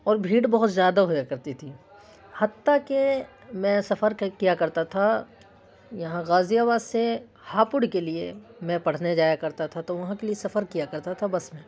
اور بھیڑ بہت زیادہ ہویا کرتی تھی حتیٰ کہ میں سفر کیا کرتا تھا یہاں غازی آباد سے ہاپوڑ کے لیے میں پڑھنے جایا کرتا تھا تو وہاں کے لیے سفر کیا کرتا تھا بس میں